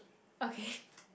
okay